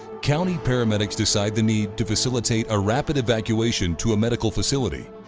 county paramedics decide the need to facilitate a rapid evacuation to a medical facility.